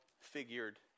figured